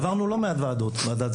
עברנו לא מעט ועדות,